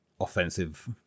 offensive